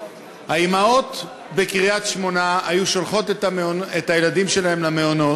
האימהות בקריית-שמונה היו שולחות את הילדים שלהן למעונות,